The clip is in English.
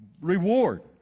reward